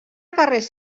carrers